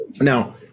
Now